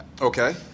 Okay